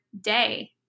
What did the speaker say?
day